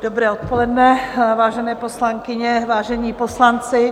Dobré odpoledne, vážené poslankyně, vážení poslanci.